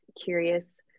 curious